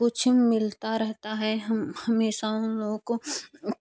कुछ मिलता रहता है हमेशा उन लोगों को